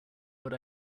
but